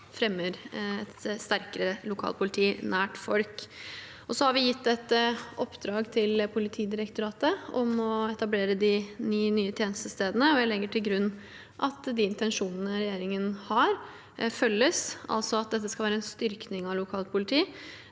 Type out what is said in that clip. fremmer et sterkere lokalpoliti nær folk. Vi har gitt Politidirektoratet i oppdrag å etablere de ni nye tjenestestedene, og jeg legger til grunn at de intensjonene regjeringen har, følges – altså at dette skal være en styrking av lokalpolitiet